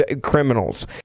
criminals